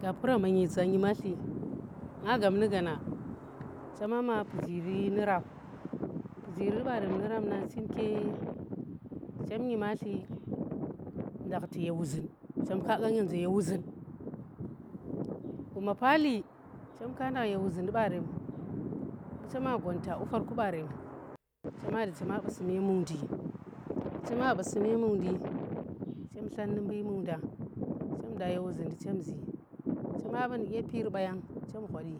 Gappuramma nyeza nyimatli nga gab nu gaana chema ma pujiri nu rap pujiri barem nu rap nang chem ke chem nyimatli ndakhti ye wuzun, chem kaqa nyem ze ye wuzun, guma paali chem ka ndakh ye wuzundi barem chema da chema basi me mungndi chem tlat nu mbu mungnda chem da ye wuzun di chem zi, chema ba nu dye piri baya chem gwadi